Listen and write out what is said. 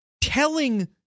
telling